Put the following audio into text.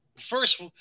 first